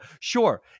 Sure